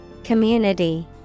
Community